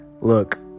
Look